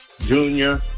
Junior